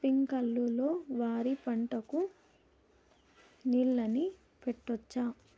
స్ప్రింక్లర్లు లో వరి పంటకు నీళ్ళని పెట్టొచ్చా?